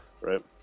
Right